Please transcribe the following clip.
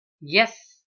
Yes